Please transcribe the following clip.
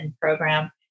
program